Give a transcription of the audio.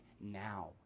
now